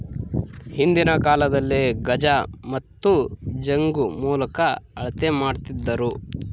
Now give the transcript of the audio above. ಹಿಂದಿನ ಕಾಲದಲ್ಲಿ ಗಜ ಮತ್ತು ಜಂಗು ಮೂಲಕ ಅಳತೆ ಮಾಡ್ತಿದ್ದರು